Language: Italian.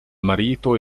marito